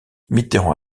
mitterrand